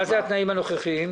מה זה "התנאים הנוכחיים"?